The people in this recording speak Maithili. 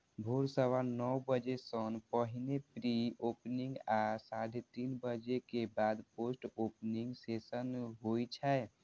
भोर सवा नौ बजे सं पहिने प्री ओपनिंग आ साढ़े तीन बजे के बाद पोस्ट ओपनिंग सेशन होइ छै